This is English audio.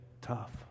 tough